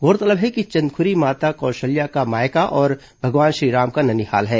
गौरतलब है कि चंदखुरी माता कौशल्या का मायका और भगवान श्रीराम का ननिहाल है